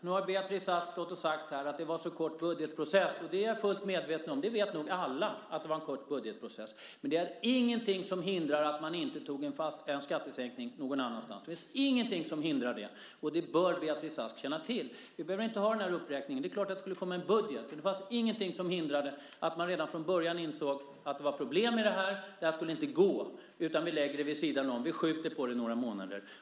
Nu har Beatrice Ask stått här och sagt att det var en så kort budgetprocess - och det är jag fullt medveten om, och det vet nog alla att det var - men det fanns ingenting som hindrade att man inte gjorde en skattesänkning någon annanstans. Det fanns ingenting som hindrade det. Och det bör Beatrice Ask känna till. Vi behöver inte ha den här uppräkningen. Det var klart att det skulle komma en budget. Men det fanns ingenting som hindrade att man redan från början hade insett att det var problem med detta och att det inte skulle gå och att man hade lagt det vid sidan om och skjutit på det några månader.